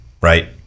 right